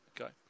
Okay